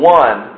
one